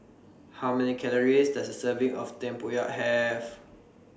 How Many Calories Does A Serving of Tempoyak Have